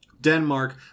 Denmark